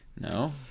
no